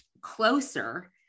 closer